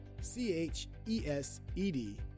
C-H-E-S-E-D